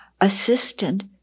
assistant